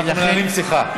אנחנו מנהלים שיחה.